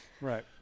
Right